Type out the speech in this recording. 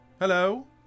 Hello